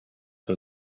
her